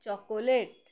chocolate